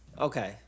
Okay